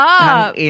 up